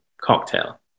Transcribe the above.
cocktail